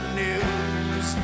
news